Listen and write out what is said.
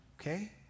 okay